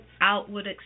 outward